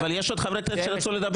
אבל יש עוד חברי כנסת שרצו לדבר.